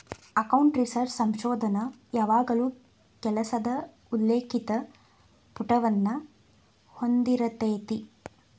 account research ಸಂಶೋಧನ ಯಾವಾಗಲೂ ಕೆಲಸದ ಉಲ್ಲೇಖಿತ ಪುಟವನ್ನ ಹೊಂದಿರತೆತಿ